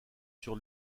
sur